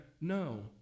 no